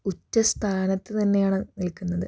ഉറ്റ സ്ഥാനത്തു തന്നെയാണ് നിൽക്കുന്നത്